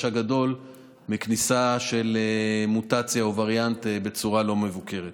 הגדול מכניסה של מוטציה או וריאנט בצורה לא מבוקרת.